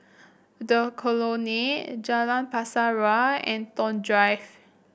The Colonnade Jalan Pasir Ria and Toh Drive